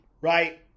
right